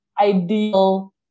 ideal